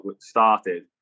started